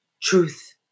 truth